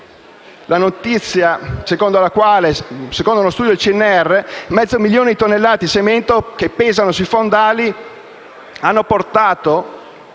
alla quale, secondo uno studio del CNR, mezzo milione di tonnellate di cemento, che pesano sui fondali, ha portato